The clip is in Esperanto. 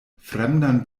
fremdan